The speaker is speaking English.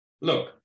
look